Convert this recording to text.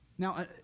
Now